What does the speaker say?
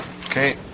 Okay